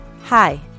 Hi